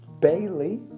Bailey